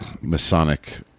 masonic